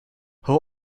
how